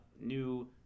new